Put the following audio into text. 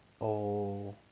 oh